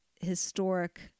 historic